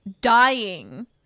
dying